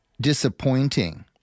disappointing